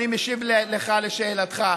אני משיב לך לשאלתך,